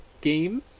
game